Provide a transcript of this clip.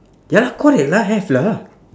ya lah correct lah have lah